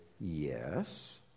yes